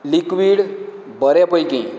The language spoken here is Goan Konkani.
लिक्वीड बऱ्या पैकी